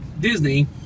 Disney